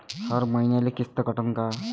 हर मईन्याले किस्त कटन का?